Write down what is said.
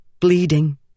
Bleeding